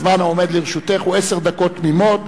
הזמן העומד לרשותך הוא עשר דקות תמימות,